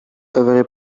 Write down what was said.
every